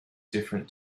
different